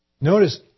notice